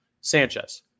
Sanchez